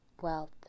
wealth